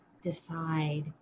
decide